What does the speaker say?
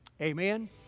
Amen